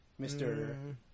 Mr